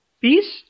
Peace